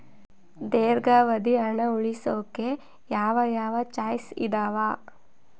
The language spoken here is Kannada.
ದೇರ್ಘಾವಧಿ ಹಣ ಉಳಿಸೋಕೆ ಯಾವ ಯಾವ ಚಾಯ್ಸ್ ಇದಾವ?